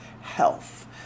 health